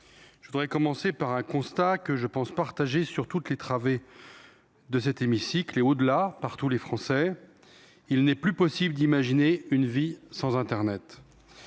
je voudrais commencer par un constat qui, je le crois, est partagé sur toutes les travées de cette assemblée et, au delà, par tous les Français : il n’est plus possible d’imaginer une vie sans internet.